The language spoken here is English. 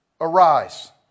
arise